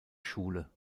schule